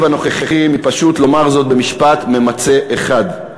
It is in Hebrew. הנוכחי מפשוט לומר זאת במשפט ממצה אחד: